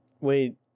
Wait